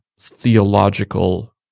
theological